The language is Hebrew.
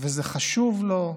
זה חשוב לו,